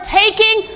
taking